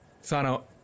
Sano